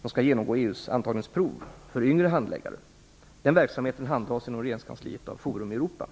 som skall genomgå EU:s antagningsprov för yngre handläggare. Den verksamheten handhas inom regeringskansliet av Forum Europa.